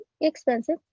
expensive